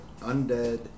undead